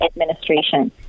administration